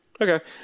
Okay